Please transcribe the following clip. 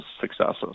successes